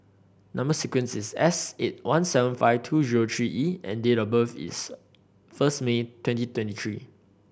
number sequence is S eight one seven five two zero three E and date of birth is first May twenty twenty three